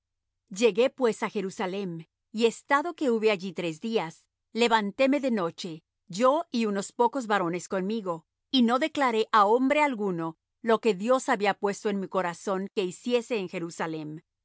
llegué pues á jerusalem y estado que hube allí tres días levantéme de noche yo y unos pocos varones conmigo y no declaré á hombre alguno lo que dios había puesto en mi corazón que hiciese en jerusalem